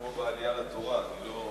כמו בעלייה לתורה, אני לא